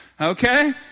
okay